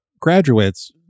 graduates